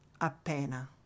appena